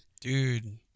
Dude